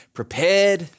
prepared